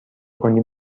کنی